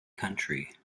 country